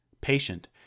patient